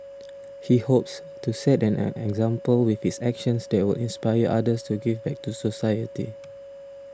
he hopes to set an an example with his actions that will inspire others to give back to society